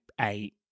eight